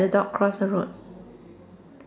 the dog cross the road